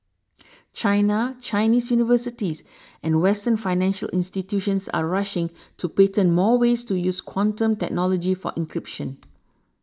China Chinese universities and western financial institutions are rushing to patent more ways to use quantum technology for encryption